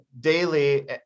daily